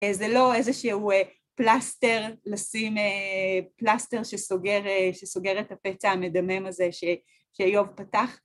זה לא איזה שהוא פלסטר, לשים פלסטר שסוגר, שסוגר את הפצע המדמם הזה שאיוב פתח.